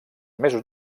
mesos